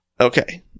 Okay